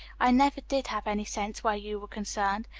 i never did have any sense where you were concerned!